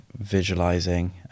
visualizing